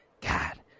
God